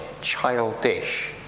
Childish